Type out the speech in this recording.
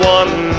one